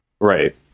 Right